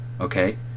okay